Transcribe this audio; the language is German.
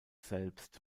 selbst